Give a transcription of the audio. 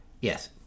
yes